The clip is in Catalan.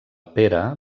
pere